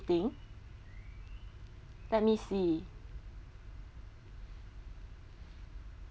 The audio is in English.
let me see